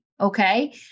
Okay